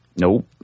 Nope